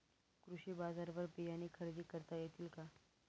कृषी बाजारवर बियाणे खरेदी करता येतील का?